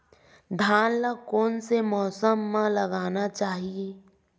धान ल कोन से मौसम म लगाना चहिए?